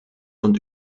und